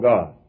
God